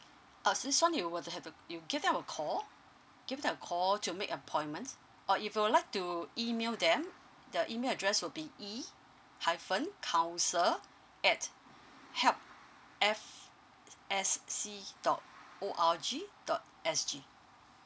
uh this one you would have to you give them a call give them a call to make appointments or if you would like to email them the email address would be E hyphen council at help F S C dot O R G dot S G